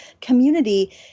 community